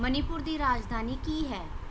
ਮਨੀਪੁਰ ਦੀ ਰਾਜਧਾਨੀ ਕੀ ਹੈ